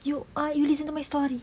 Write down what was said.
you uh you listen to my story